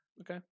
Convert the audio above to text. Okay